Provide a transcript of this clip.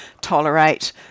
tolerate